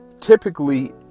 typically